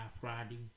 Friday